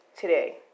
today